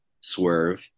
swerve